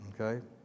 Okay